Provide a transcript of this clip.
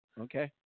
Okay